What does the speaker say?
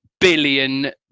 billion